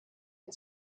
and